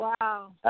Wow